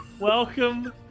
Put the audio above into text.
Welcome